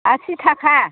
आसि थाखा